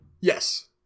Yes